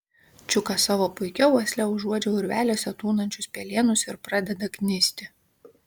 čiukas savo puikia uosle užuodžia urveliuose tūnančius pelėnus ir pradeda knisti